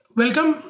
welcome